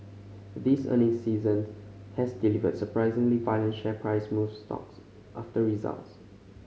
this earnings season has delivered surprisingly violent share price moves stocks after results